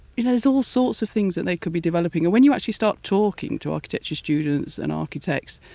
you know there's all sorts of things that they could be developing. and when you actually start talking to architecture students and architects,